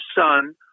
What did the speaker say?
Son